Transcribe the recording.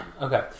Okay